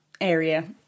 area